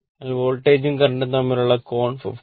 അതിനാൽ വോൾട്ടേജും കറന്റും തമ്മിലുള്ള കോൺ 53